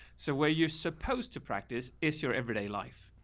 so where you're supposed to practice is your everyday life.